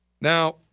Now